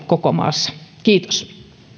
koko maassa kiitos